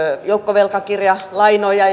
joukkovelkakirjalainoja